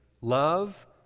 love